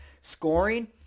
scoring